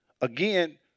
Again